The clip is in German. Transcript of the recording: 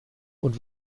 und